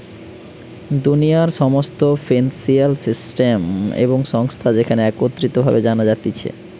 দুনিয়ার সমস্ত financial system এবং সংস্থা যেখানে একত্রিত ভাবে জানা যাতিছে